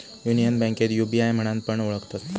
union बैंकेक UBI म्हणान पण ओळखतत